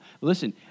Listen